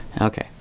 Okay